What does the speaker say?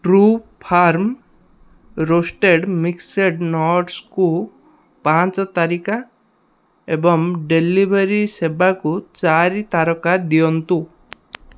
true farm roasted mixed ନଟସ୍କୁ ପାଞ୍ଚ ତାରକା ଏବଂ ଡେଲିଭରି ସେବାକୁ ଚାରି ତାରକା ଦିଅନ୍ତୁ